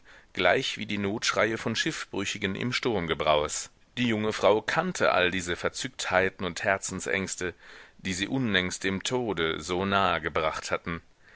gleich wie die notschreie von schiffbrüchigen im sturmgebraus die junge frau kannte alle diese verzücktheiten und herzensängste die sie unlängst dem tode so nahe gebracht hatten